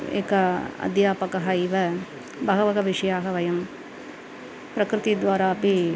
एका अध्यापिका इव बहवः विषयाः वयं प्रकृतिद्वारा अपि